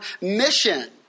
mission